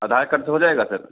आधार card से हो जाएगा सर